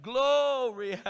Glory